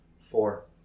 Four